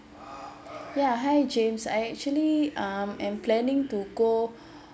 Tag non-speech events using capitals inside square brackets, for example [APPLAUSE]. ya hi james I actually um am planning to go [BREATH]